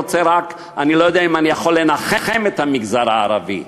אני לא יודע אם אני יכול לנחם את המגזר הערבי.